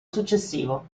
successivo